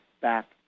back